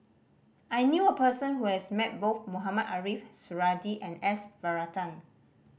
I knew a person who has met both Mohamed Ariff Suradi and S Varathan